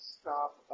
stop